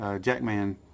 Jackman